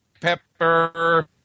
pepper